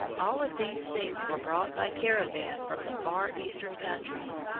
all of these things were brought by caravan from the far eastern countries,